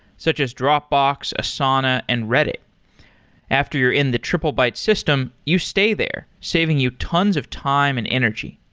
such as dropbox, asana and reddit after you're in the triplebyte system, you stay there saving you tons of time and energy.